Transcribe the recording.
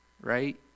Right